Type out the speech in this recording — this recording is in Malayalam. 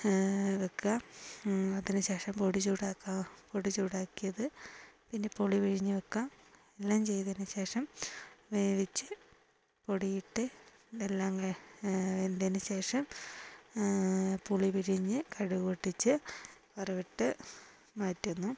വയ്ക്കുക അതിനുശേഷം പൊടി ചൂടാക്കാം പൊടി ചൂടാക്കിയത് പിന്നെ പുളി പിഴിഞ്ഞ് വയ്ക്കാം എല്ലാം ചെയ്തതിനു ശേഷം വേവിച്ച് പൊടിയിട്ട് അതെല്ലാം വെന്തതിനു ശേഷം പുളി പിഴിഞ്ഞ് കടുക് പൊട്ടിച്ച് വറവിട്ട് മാറ്റുന്നു